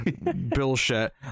bullshit